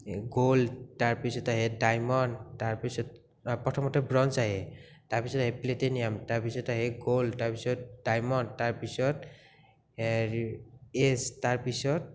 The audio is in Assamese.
গোল্ড তাৰ পিছত আহে ডাইমণ্ড তাৰ পিছত প্ৰথমতে ব্ৰঞ্জ আহে তাৰ পিছত আহে প্লেটেনিয়াম তাৰ পিছত আহে গোল্ড তাৰ পিছত ডাইমণ্ড তাৰ পিছত তাৰ পিছত